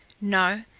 No